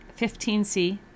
15C